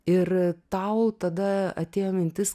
ir tau tada atėjo mintis